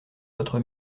votre